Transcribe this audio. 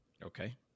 Okay